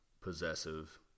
possessive